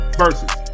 versus